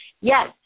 Yes